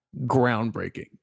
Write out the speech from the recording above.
groundbreaking